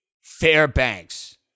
Fairbanks